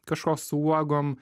kažkoks su uogom